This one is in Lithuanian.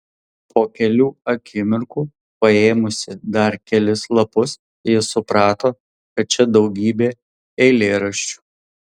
po kelių akimirkų paėmusi dar kelis lapus ji suprato kad čia daugybė eilėraščių